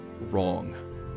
wrong